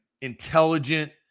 intelligent